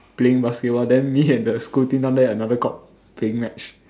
playing basketball then me and the school team down there another got playing match